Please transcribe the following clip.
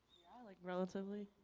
yeah, like relatively.